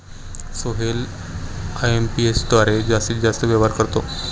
Sohail IMPS द्वारे जास्तीत जास्त व्यवहार करतो